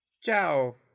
Ciao